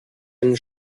einen